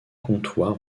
comtois